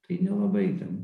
tai nelabai ten